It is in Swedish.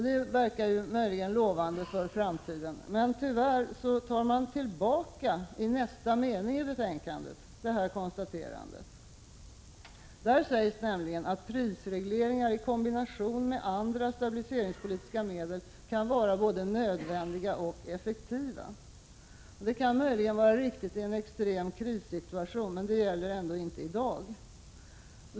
Detta verkar möjligen lovande för framtiden. Men tyvärr tar man i nästa mening tillbaka detta konstaterande. Där sägs nämligen att prisregleringar i kombination med andra stabiliseringspolitiska medel kan vara både nödvändiga och effektiva. Detta kan vara riktigt i en extrem krissituation, men det gäller inte i dag.